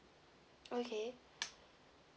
okay